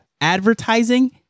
advertising